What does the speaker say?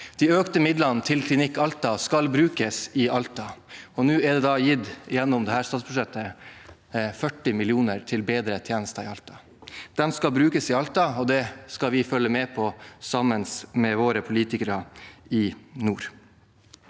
De økte midlene til Klinikk Alta skal brukes i Alta. Nå er det gjennom dette statsbudsjettet gitt 40 mill. kr til bedre tjenester i Alta. De skal brukes i Alta, og det skal vi følge med på sammen med våre politikere i nord.